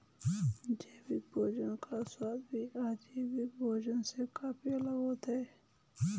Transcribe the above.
जैविक भोजन का स्वाद भी अजैविक भोजन से काफी अलग होता है